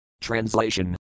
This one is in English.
Translation